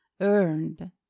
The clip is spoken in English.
earned